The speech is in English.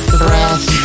breath